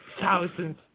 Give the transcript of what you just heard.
thousands